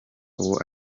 uwo